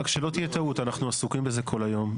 רק שלא תהיה טעות, אנחנו עסוקים בזה כל היום.